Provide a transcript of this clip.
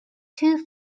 too